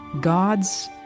God's